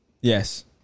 Yes